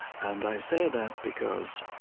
and i say that because,